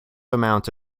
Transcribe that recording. amount